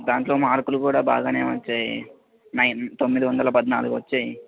దాంట్లో మార్కులు కూడా బాగానే వచ్చాయి నైన్ తొమ్మిది వందల పద్నాలుగు వచ్చాయి